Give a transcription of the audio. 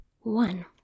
one